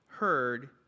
Heard